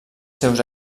seus